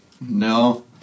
No